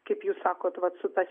kaip jūs sakot vat su ta